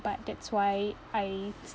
but that's why I